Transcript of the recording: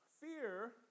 Fear